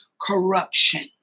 corruption